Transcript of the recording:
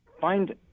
Find